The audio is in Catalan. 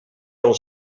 havia